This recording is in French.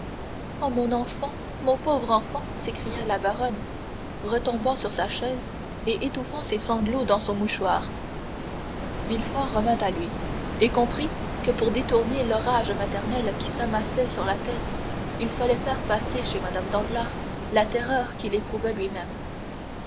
ah mon enfant mon pauvre enfant s'écria la baronne retombant sur sa chaise et étouffant ses sanglots dans son mouchoir villefort revint à lui et comprit que pour détourner l'orage maternel qui s'amassait sur sa tête il fallait faire passer chez mme danglars la terreur qu'il éprouvait lui-même